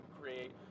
create